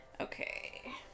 Okay